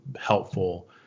helpful